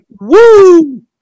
Woo